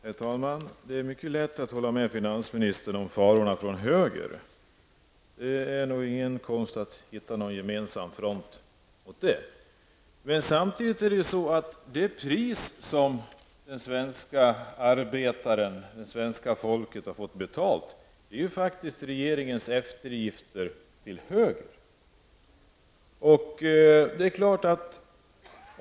Herr talman! Det är mycket lätt att hålla med finansministern om farorna från höger. Det är nog ingen konst att hitta en gemensam front mot dem. Samtidigt är det pris som den svenske arbetaren, det svenska folket, har fått betala faktiskt regeringens eftergifter till höger.